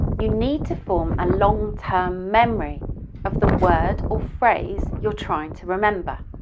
you need to form a long-term memory of the word or phrase you're trying to remember.